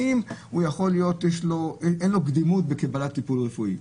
האם אין לו קדימות בקבלת טיפול רפואי.